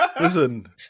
Listen